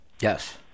Yes